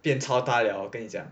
变超大了我跟你讲